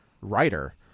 writer